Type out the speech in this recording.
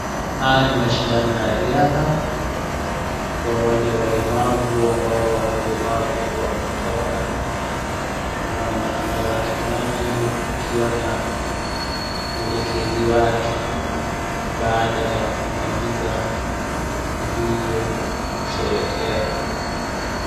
Haya ni mshindano ya riadha, kwa wale walemavu ambao wana ulemavu wa kutoona, tunaona mwanariadha Kimani akiwa na mwelekezi wake baada ya kumaliza mbio na kusherehekea.